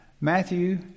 Matthew